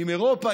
עם אירופה,